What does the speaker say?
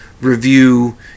review